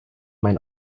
mein